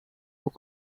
aux